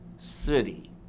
city